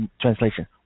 Translation